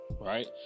right